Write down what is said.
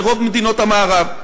מרוב מדינות המערב.